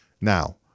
Now